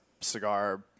cigar